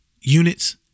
units